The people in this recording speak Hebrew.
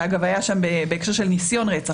שאגב היה שם בהקשר של ניסיון רצח.